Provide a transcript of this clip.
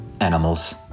Animals